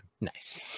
Nice